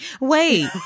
Wait